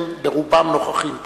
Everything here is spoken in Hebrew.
הם רובם נוכחים פה.